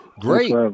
Great